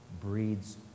breeds